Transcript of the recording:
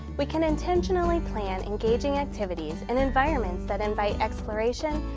we can intentionally plan engaging activities and environments that invite exploration,